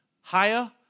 higher